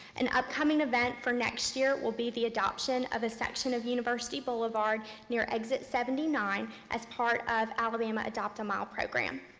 an upcoming event for next year will be the adoption of a section of university boulevard near exit seventy nine as part of alabama adopt-a-mile program.